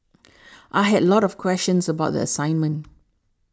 I had lot of questions about the assignment